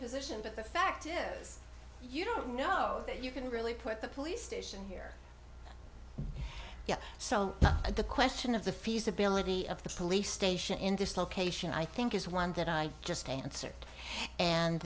position but the fact is you don't know that you can really put the police station here yeah so the question of the feasibility of the police station in this location i think is one that i just answered and